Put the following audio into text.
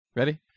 Ready